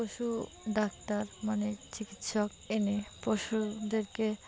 পশু ডাক্তার মানে চিকিৎসক এনে পশুদেরকে